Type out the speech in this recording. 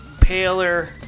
paler